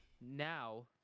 Now